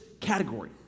category